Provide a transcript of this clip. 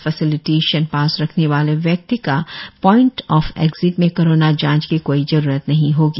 facilitation pass रखने वाले व्यक्ति कि पोईंट ऑफ एक्जिट में कोरोना जांच की कोई जरुरत नही होगी